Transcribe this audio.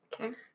Okay